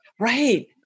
Right